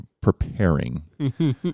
preparing